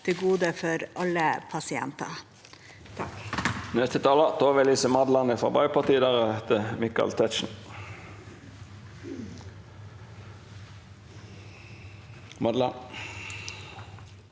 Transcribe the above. til gode for alle pasienter?